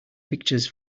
pictures